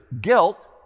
guilt